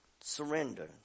surrender